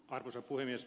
arvoisa puhemies